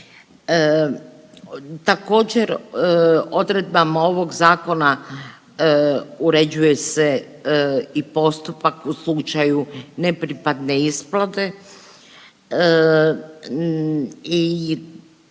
Također odredbama ovog zakona uređuje se i postupak u slučaju nepripadne isplate i